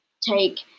take